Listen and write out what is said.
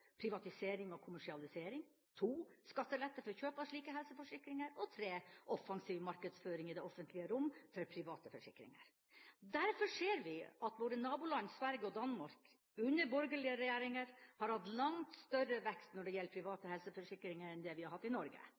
privatisering og kommersialisering skattelette for kjøp av slike helseforsikringer offensiv markedsføring i det offentlige rom for private forsikringer. Derfor ser vi at våre naboland Sverige og Danmark – under borgerlige regjeringer – har hatt langt større vekst når det gjelder private helseforsikringer enn det vi har hatt i Norge.